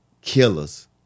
killers